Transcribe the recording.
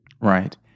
Right